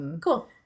Cool